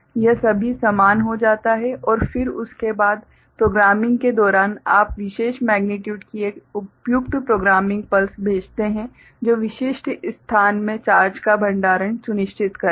यह सभी समान हो जाता है और फिर उसके बाद प्रोग्रामिंग के दौरान आप विशेष मेग्नीट्यूड की एक उपयुक्त प्रोग्रामिंग पल्स भेजते हैं जो विशिष्ट स्थान में चार्ज का भंडारण सुनिश्चित करेगा